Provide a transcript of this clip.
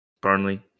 Burnley